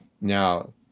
now